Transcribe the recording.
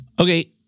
okay